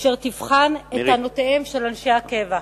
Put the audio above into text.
אשר תבחן את טענותיהם של אנשי הקבע.